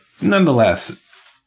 nonetheless